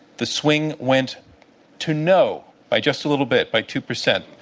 the swing went to no by just a little bit, by two percent.